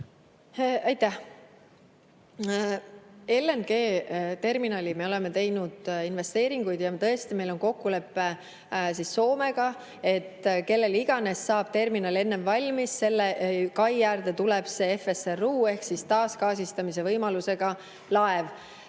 Aitäh! LNG-terminali me oleme teinud investeeringuid. Tõesti, meil on kokkulepe Soomega, et kellel iganes saab terminal enne valmis, selle kai äärde tuleb see FSRU ehk taasgaasistamise võimalusega laev. Mis